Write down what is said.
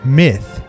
myth